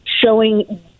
showing